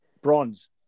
Bronze